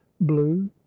blue